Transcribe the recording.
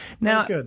now